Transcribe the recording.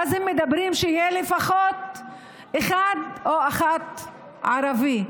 אומרים שיהיה לפחות אחד, או אחת, ערבי.